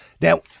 Now